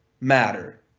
matter